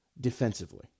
defensively